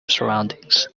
surroundings